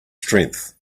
strength